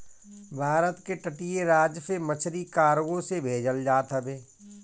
भारत के तटीय राज से मछरी कार्गो से भेजल जात हवे